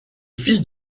fils